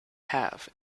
have